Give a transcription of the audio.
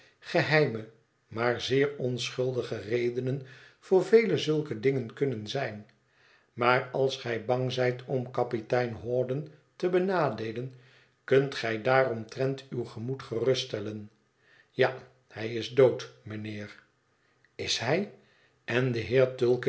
geheime maar zeer onschuldige redenen voor vele zulke dingen kunnen zijn maar als gij bang zijt om kapitein hawdon te benadeelen kunt gij daaromtrent uw gemoed geruststellen ja hij is dood mijnheer is hij en de heer